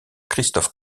christophe